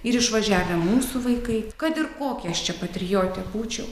ir išvažiavę mūsų vaikai kad ir kokia aš čia patriotė būčiau